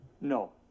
No